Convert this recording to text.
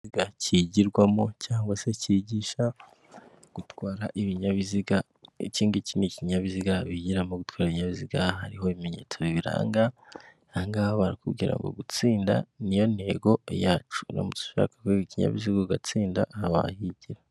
Ikinyabiziga kigirwamo cyangwa se kigisha gutwara ibinyabiziga, iki ngiki ni ikinyabiziga bigiramo gutwara ibinyabiziga, hariho ibimenyetso bibiranga, aha ngaha barakubwira ngo gutsinda ni yo ntego yacu, uramutse ushaka kwiga ikinyabiziga ugatsinda aha wahigira.